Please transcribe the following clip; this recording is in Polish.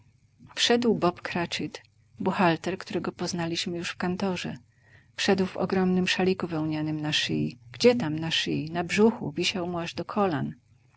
wszedł bob cratchit buchalter którego poznaliśmy już w kantorze wszedł w ogromnym szaliku wełnianym na szyi gdzie tam na szyi na brzuchu wisiał mu aż do kolan